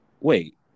wait